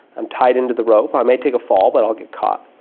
i'm tied into the rope, i may take a fall but i'll get caught.